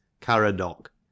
Caradoc